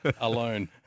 Alone